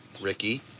Ricky